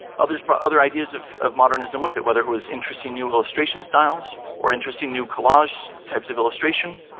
others brought other ideas of of modernism with it, whether it was interesting new illustration styles, or interesting new collage types of illustration.